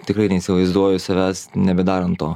tikrai neįsivaizduoju savęs nebedarant to